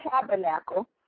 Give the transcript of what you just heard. tabernacle